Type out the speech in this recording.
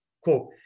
quote